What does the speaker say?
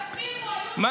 תפנימו, היו בחירות.